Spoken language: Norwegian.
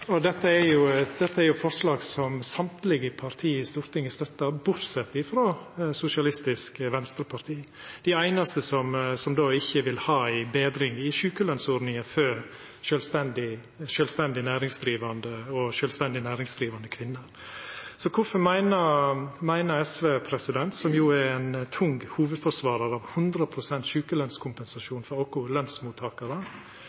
næringsdrivande. Dette er jo forslag som alle partia i Stortinget støttar, bortsett frå Sosialistisk Venstreparti. Det er det einaste som ikkje vil ha ei betring i sjukelønsordninga før sjølvstendig næringsdrivande og sjølvstendig næringsdrivande kvinner. Kvifor meiner SV, som er ein tung hovudforsvarar av